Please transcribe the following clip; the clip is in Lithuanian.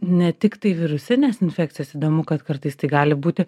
ne tiktai virusinės infekcijos įdomu kad kartais tai gali būti